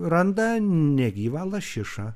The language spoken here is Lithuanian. randa negyvą lašišą